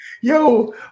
Yo